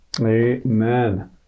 Amen